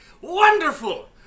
Wonderful